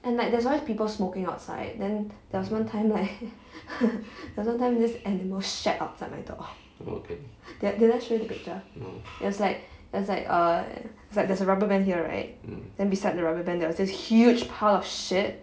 and like there's always people smoking outside then there was one time like there's one time this animal shat outside my door did did I show you that picture it was like it was like err it's like there's a rubber band here right then beside the rubber band there was this huge pile of shit